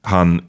Han